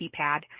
keypad